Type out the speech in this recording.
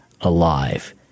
alive